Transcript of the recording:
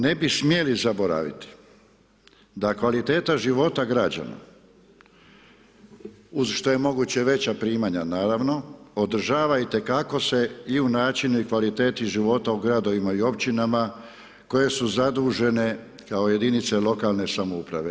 Naime, ne bi smjeli zaboraviti da kvaliteta života građana uz što je moguće veća primanja, naravno, održava itekako se i načinu i kvaliteti života u gradovima i općinama koje su zadužene kao jedinice lokalne samouprave.